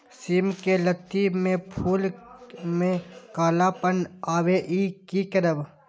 सिम के लत्ती में फुल में कालापन आवे इ कि करब?